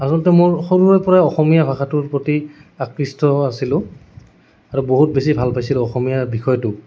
আচলতে মোৰ সৰুৰে পৰাই অসমীয়া ভাষাটোৰ প্ৰতি আকৃষ্ট আছিলোঁ আৰু বহুত বেছি ভাল পাইছিলোঁ অসমীয়া বিষয়টোক